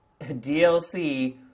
dlc